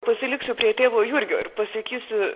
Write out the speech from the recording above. pasiliksiu prie tėvo jurgio ir pasakysiu